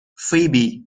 فیبی